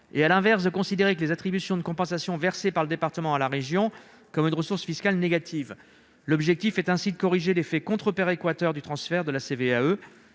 et, à l'inverse, de considérer les attributions de compensation versées par le département à la région comme une ressource fiscale négative. L'objectif est de corriger l'effet contre-péréquateur du transfert de CVAE.